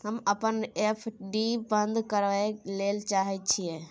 हम अपन एफ.डी बंद करय ले चाहय छियै